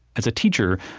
as a teacher,